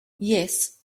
yes